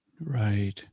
Right